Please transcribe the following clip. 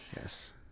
yes